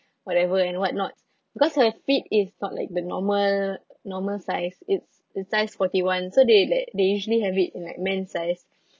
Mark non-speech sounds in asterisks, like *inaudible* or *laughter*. whatever and what not because her feet is not like the normal normal size it's it's size forty one so they like they usually have it in like men's size *breath*